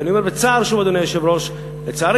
ואני אומר בצער, שוב, אדוני היושב-ראש, לצערי,